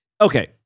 Okay